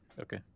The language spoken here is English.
okay